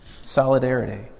Solidarity